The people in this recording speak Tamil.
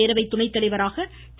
பேரவைத் துணைத்தலைவராக டி